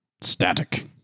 static